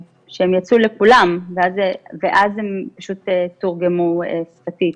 שהם יצאו לכולם ואז הם תורגמו שפתית.